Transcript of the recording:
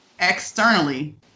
externally